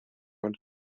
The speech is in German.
und